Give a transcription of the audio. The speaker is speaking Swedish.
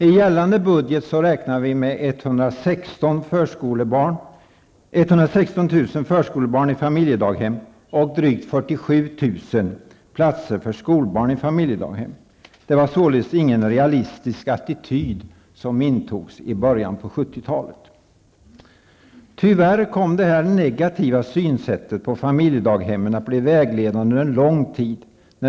I gällande budget räknar vi med att det finns 116 000 platser för skolbarn i familjedaghem. Det var således ingen realistisk attityd som intogs i början av 70-talet. Tyvärr kom detta negativa synsätt på familjedaghemmen att bli vägledande under lång tid.